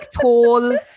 tall